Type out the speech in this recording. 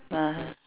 ah